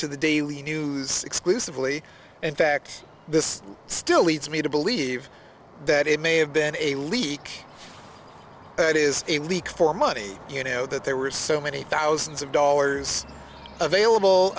to the daily news exclusively in fact this still leads me to believe that it may have been a leak it is a leak for money you know that there were so many thousands of dollars available